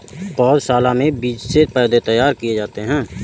पौधशाला में बीज से पौधे तैयार किए जाते हैं